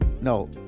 No